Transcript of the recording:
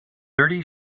thirty